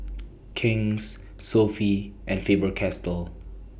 King's Sofy and Faber Castell